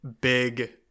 big